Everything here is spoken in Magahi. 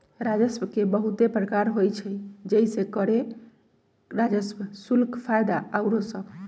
राजस्व के बहुते प्रकार होइ छइ जइसे करें राजस्व, शुल्क, फयदा आउरो सभ